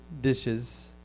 dishes